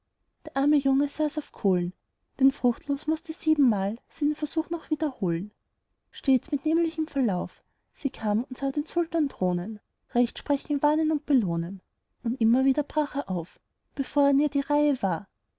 der arme junge saß auf kohlen denn fruchtlos mußte siebenmal sie den versuch noch wiederholen stets mit dem nämlichen verlauf sie kam und sah den sultan thronen recht sprechen warnen und belohnen und immer wieder brach er auf bevor an ihr die reihe war